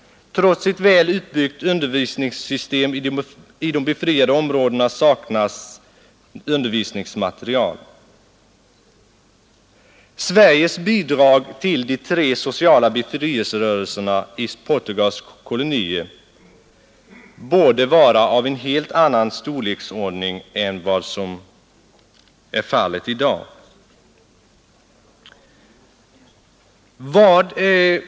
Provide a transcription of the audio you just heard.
Trots ett väl utbyggt undervisningssystem i de befriade områdena saknas undervisningsmateriel. Sveriges bidrag till de tre sociala befrielserörelserna i Portugals kolonier borde vara av en helt annan storlek än som är fallet i dag.